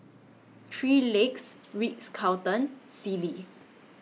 three Legs Ritz Carlton and Sealy